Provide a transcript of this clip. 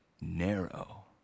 narrow